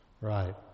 Right